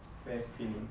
it's very filling